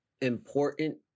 important